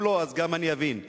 אם לא, אז גם אני אבין.